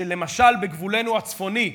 שלמשל בגבולנו הצפוני,